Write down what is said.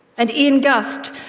and ian gust,